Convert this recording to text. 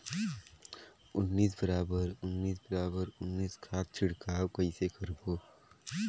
उन्नीस बराबर उन्नीस बराबर उन्नीस खाद छिड़काव कइसे करबो?